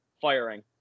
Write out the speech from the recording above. firing